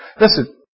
Listen